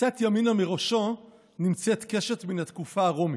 קצת ימינה מראשו נמצאת / קשת מן התקופה הרומית,